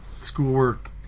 schoolwork